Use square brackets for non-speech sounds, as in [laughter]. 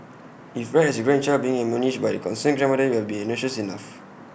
if read as A grandchild being admonished by A concerned [unintelligible] IT would have been innocuous enough